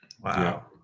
Wow